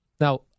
Now